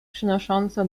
przynosząca